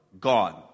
God